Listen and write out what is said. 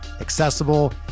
accessible